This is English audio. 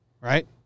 Right